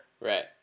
Right